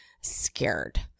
scared